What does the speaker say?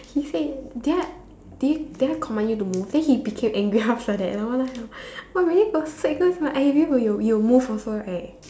he said did I did he did I command you to move then he became angry after that like what the hell but really got sweat goes in my eye then you you move also right